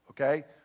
Okay